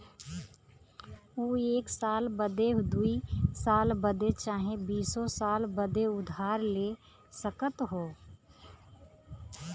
ऊ एक साल बदे, दुइ साल बदे चाहे बीसो साल बदे उधार ले सकत हौ